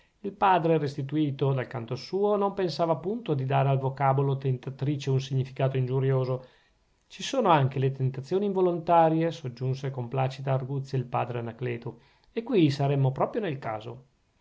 il padre restituto dal canto suo non pensava punto di dare al vocabolo tentatrice un significato ingiurioso ci sono anche le tentazioni involontarie soggiunse con placida arguzia il padre anacleto e qui saremmo proprio nel caso